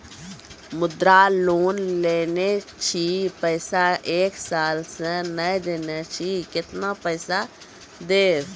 मुद्रा लोन लेने छी पैसा एक साल से ने देने छी केतना पैसा देब?